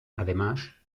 además